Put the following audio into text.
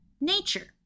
nature